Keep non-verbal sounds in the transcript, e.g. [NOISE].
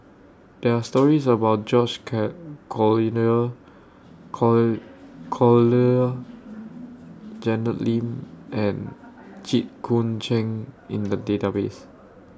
[NOISE] There Are stories about George Care call [UNINTELLIGIBLE] core Collyer Janet Lim and [NOISE] Jit Koon Ch'ng in The Database